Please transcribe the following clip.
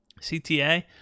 CTA